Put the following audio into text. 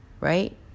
right